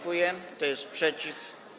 Kto jest przeciw?